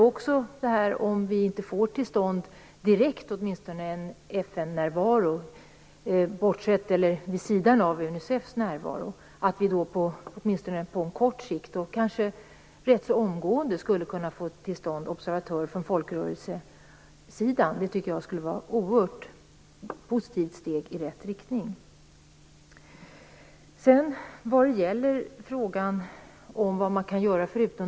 Om vi inte på kort sikt får till stånd en direkt FN-närvaro vid sidan av Unicefs närvaro, kanske vi ändå rätt omgående skulle kunna få till stånd observatörer från folkrörelsesidan. Det tycker jag skulle vara ett steg i positiv riktning.